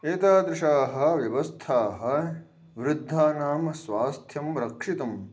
एतादृशाः व्यवस्थाः वृद्धानां स्वास्थ्यं रक्षितुम्